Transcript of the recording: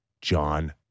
John